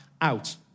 out